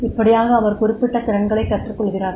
இப்படியாக அவர் குறிப்பிட்ட திறன்களைக் கற்றுக்கொள்கிறார்